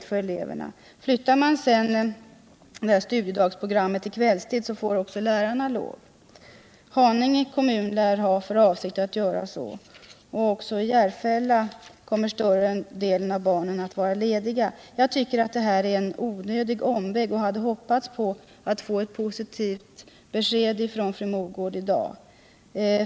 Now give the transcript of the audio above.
Flyttar man sedan studiedagsprogrammet till kvällstid, får lärarna också lov. Haninge kommun lär ha för avsikt att göra så. Också i Järfälla kommer större delen av barnen att vara lediga. Jag tycker att detta är en onödig omväg och hade hoppats få ett positivt besked från fru Mogård i dag.